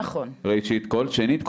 שנית,